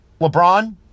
LeBron